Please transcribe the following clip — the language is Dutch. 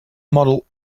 model